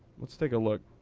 let's take a look.